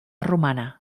romana